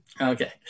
Okay